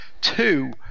Two